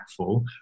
impactful